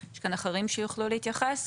יש כאן אחרים שיוכלו להתייחס.